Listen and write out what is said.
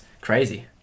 crazy